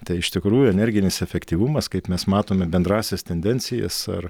tai iš tikrųjų energinis efektyvumas kaip mes matome bendrąsias tendencijas ar